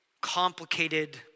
complicated